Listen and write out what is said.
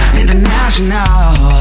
international